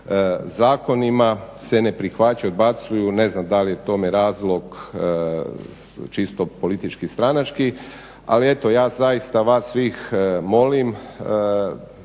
zakonima se ne prihvaćaju, odbacuju, ne znam da li je tome razlog čisto politički stranački ali eto ja zaista vas svih molim